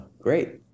Great